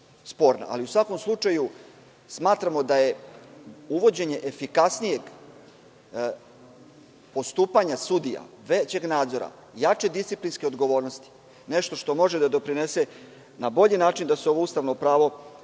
svakom slučaju, smatramo da je uvođenje efikasnijeg postupanja sudija većeg nadzora, jače disciplinske odgovornosti nešto što može da doprinese na bolji način da se ovo ustavno pravo,